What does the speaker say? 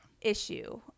issue